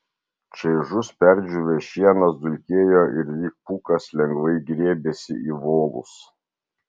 čaižus perdžiūvęs šienas dulkėjo ir lyg pūkas lengvai grėbėsi į volus